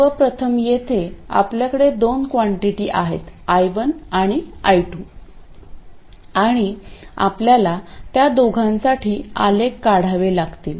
सर्व प्रथम येथे आपल्याकडे दोन क्वांटीटी आहेत I1 आणि I2 आणि आपल्याला त्या दोघांसाठी आलेख काढावे लागतील